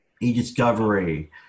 e-discovery